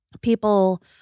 People